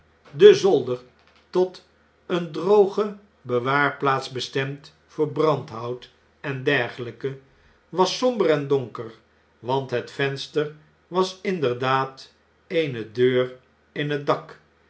de zolder tot een droge bewaarplaats bestemd voor brandhout en dergelijke was somber en donker want het venster was inderdaad eene deur in het dak